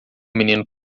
menino